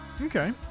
Okay